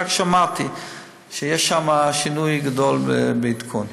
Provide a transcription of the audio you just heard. רק שמעתי שיש שם שינוי גדול בעדכון.